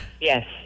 Yes